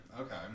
Okay